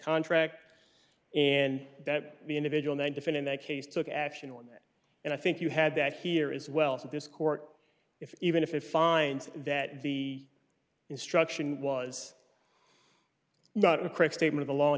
contract and that the individual then different in that case took action on that and i think you had that here as well that this court if even if it finds that the instruction was not a correct statement alone